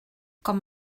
com